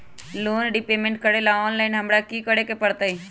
Loan repayment करेला online हमरा की करे के परतई?